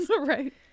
Right